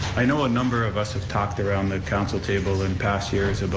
i know a number of us have talked around the council table in past years but